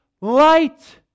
light